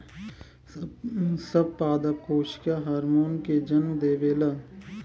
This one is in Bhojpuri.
सब पादप कोशिका हार्मोन के जन्म देवेला